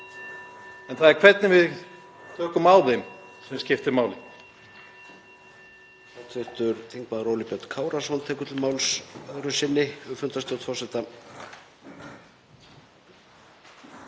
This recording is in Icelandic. En það er hvernig við tökum á þeim sem skiptir máli.